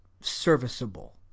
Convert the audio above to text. serviceable